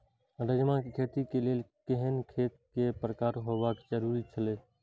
राजमा के खेती के लेल केहेन खेत केय प्रकार होबाक जरुरी छल?